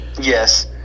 Yes